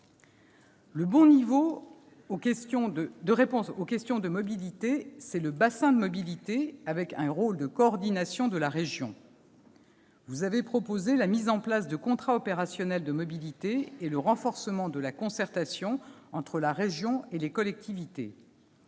Le bon niveau de réponse aux questions de mobilité, c'est le bassin de mobilité, avec un rôle de coordination de la région. Vous avez proposé la mise en place de contrats opérationnels de mobilité et le renforcement de la concertation entre la région et les collectivités.